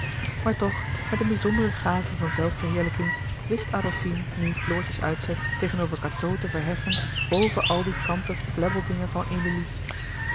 maar toch met een bizondere gave van zelfverheerlijking wist adolfine nu floortjes uitzet tegenover cateau te verheffen boven al die kanten flèbbeldingen van emilie